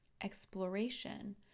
exploration